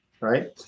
right